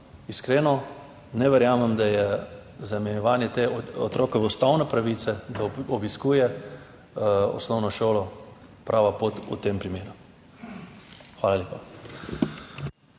iskreno ne verjamem, da je zamejevanje otrokove ustavne pravice, da obiskuje osnovno šolo, prava pot v tem primeru. Hvala lepa.